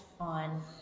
on